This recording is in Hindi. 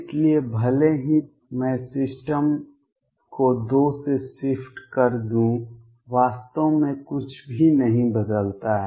इसलिए भले ही मैं सिस्टम को 2 से शिफ्ट कर दूं वास्तव में कुछ भी नहीं बदलता है